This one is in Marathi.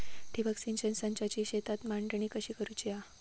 ठिबक सिंचन संचाची शेतात मांडणी कशी करुची हा?